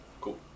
Cool